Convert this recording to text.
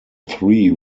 three